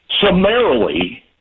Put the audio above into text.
Summarily